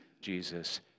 Jesus